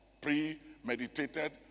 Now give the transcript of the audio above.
premeditated